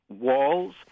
walls